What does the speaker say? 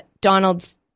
donald's